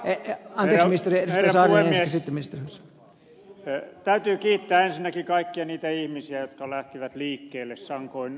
ehkä on ihmisten saaneen esittämistä jos ne täytyy kiittää ensinnäkin kaikkia niitä ihmisiä jotka lähtivät liikkeelle sankoin joukoin